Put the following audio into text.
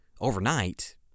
overnight